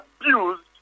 abused